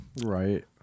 Right